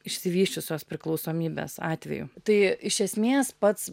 išsivysčiusios priklausomybės atvejų tai iš esmės pats